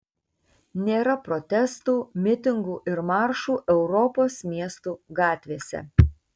nėra protestų mitingų ir maršų europos miestų gatvėse